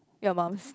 your mum's